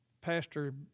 Pastor